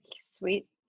sweet